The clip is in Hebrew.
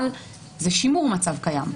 אבל זה שימור מצב קיים.